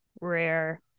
rare